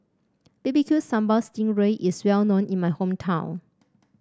B B Q Sambal Sting Ray is well known in my hometown